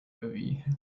movie